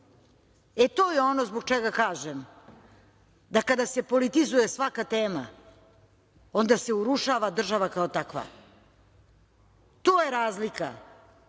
je ono zbog čeka kažem da kada se politizuje svaka tema, onda se urušava država kao takva. To je razlika